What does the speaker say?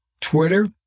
Twitter